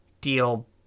deal